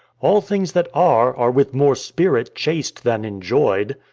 all things that are are with more spirit chased than enjoy'd.